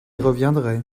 reviendrai